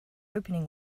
opening